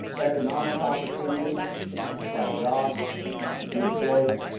economic opportunity to find jobs to be employed